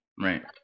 Right